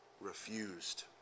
refused